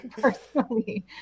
personally